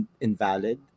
invalid